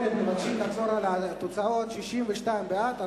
מבקשים לחזור על התוצאות בהצעת החוק הקודמת: 62 בעד,